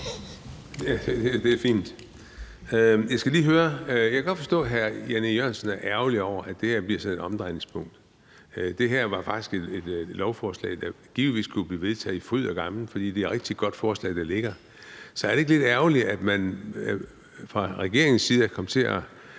Espersen (DD): Jeg kan godt forstå, at hr. Jan E. Jørgensen er ærgerlig over, at det her bliver sådan et omdrejningspunkt. Det her var faktisk et lovforslag, der givetvis kunne blive vedtaget i fryd og gammen, fordi det er et rigtig godt forslag, der ligger her. Så er det ikke lidt ærgerligt, at man fra regeringens side kom til at